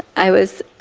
i was